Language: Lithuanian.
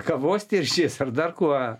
kavos tirščiais ar dar kuo